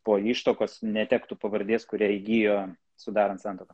po ištuokos netektų pavardės kurią įgijo sudarant santuoką